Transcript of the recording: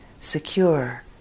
secure